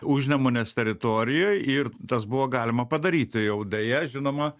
užnemunės teritorijoje ir tas buvo galima padaryti jau deja žinoma